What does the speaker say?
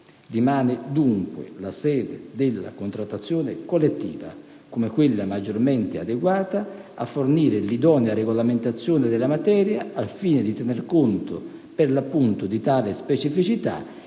Rimane dunque la sede della contrattazione collettiva quella maggiormente adeguata a fornire l'idonea regolamentazione della materia, al fine di tener conto per l'appunto di tale specificità